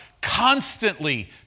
constantly